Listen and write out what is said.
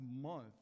month